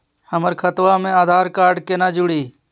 हमर खतवा मे आधार कार्ड केना जुड़ी?